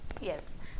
Yes